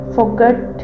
Forget